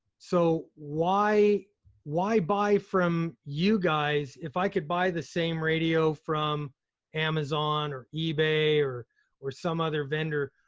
so why why buy from you guys, if i could buy the same radio from amazon or ebay or or some other vendor?